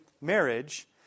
marriage